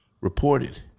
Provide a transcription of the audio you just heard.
reported